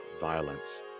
violence